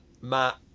Matt